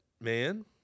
man